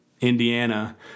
Indiana